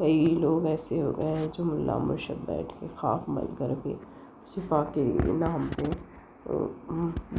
کئی لوگ ایسے اور جو ملا مرشد بیٹھ کے خاک مل کر بھی شفا کے نام پہ